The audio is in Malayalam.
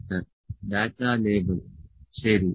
28 ഡാറ്റ ലേബൽ ശരി